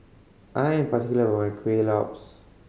I am particular about my Kueh Lopes